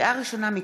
לקריאה ראשונה,